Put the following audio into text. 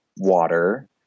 water